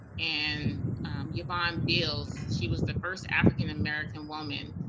and yvonne beals, she was the first african american woman.